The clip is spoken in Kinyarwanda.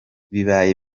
bibaye